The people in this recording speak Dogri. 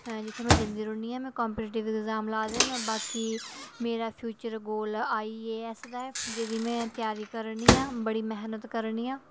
जित्थें में जंदी रौह्न्नीं ते बाकी में कंपीटैटिव एग्ज़ाम लाए दे न मेरा फ्यूचर गोल आईएएस दा ऐ जेह्दी में त्यारी करा नी आं मैह्नत करा नी आं